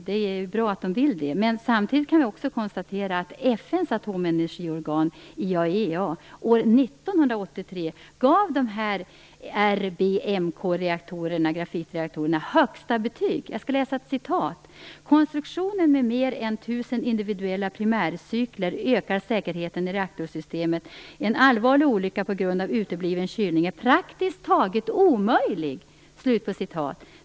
Det är bra att de vill det, men samtidigt kan vi konstatera att Jag skall läsa ett citat ur IAEA:s bulletin, volym "Konstruktionen med mer än 1 000 individuella primärcykler ökar säkerheten i reaktorsystemet - en allvarlig olycka på grund av utebliven kylning är praktiskt taget omöjlig."